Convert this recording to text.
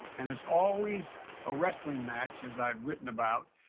and it's always a wrestling match, as i've written about,